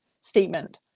statement